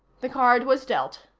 the card was dealt.